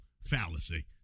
fallacy